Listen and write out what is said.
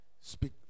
speak